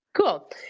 Cool